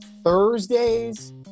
Thursday's